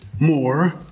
more